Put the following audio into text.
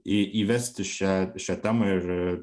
į įvesti šią šią temą ir